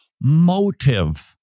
motive